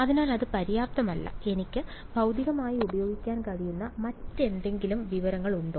അതിനാൽ അത് പര്യാപ്തമല്ല എനിക്ക് ഭൌതികമായി ഉപയോഗിക്കാൻ കഴിയുന്ന മറ്റെന്തെങ്കിലും വിവരങ്ങളുണ്ടോ